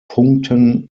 punkten